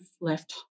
left